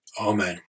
Amen